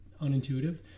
unintuitive